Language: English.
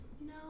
no